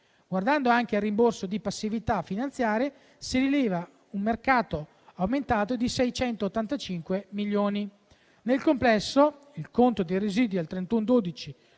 Guardando anche il rimborso di passività finanziarie, si rileva un marcato aumento di 685 milioni di euro. Nel complesso, il conto dei residui al 31